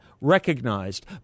recognized